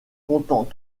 comptant